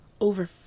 over